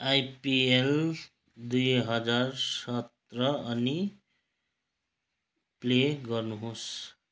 IPL दुई हजार सत्र अनि प्ले गर्नुहोस्